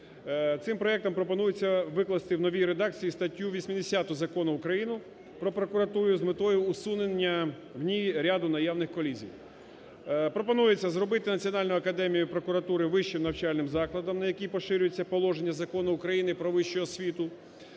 Цим проектом пропонується викласти в новій редакції статтю 80 Закону України "Про прокуратуру" з метою усунення в ній ряду наявних колізій. Пропонується зробити Національну академію прокуратури вищим навчальним закладом, на якій поширюється положення Закону України "Про вищу освіту",